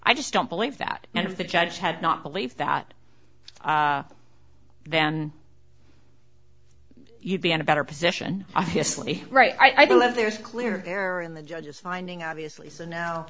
i just don't believe that and if the judge had not believed that then you'd be in a better position obviously right i believe there's clear error in the judge's finding obviously so no